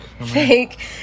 Fake